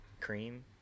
cream